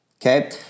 Okay